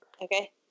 okay